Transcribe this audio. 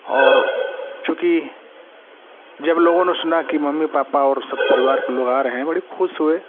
और चूँकि जब लोगों ने सुना कि मम्मी पापा और सब परिवार के लोग आ रहे हैं बड़े खुश हुए